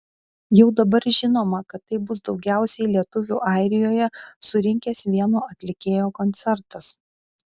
jau dabar žinoma kad tai bus daugiausiai lietuvių airijoje surinkęs vieno atlikėjo koncertas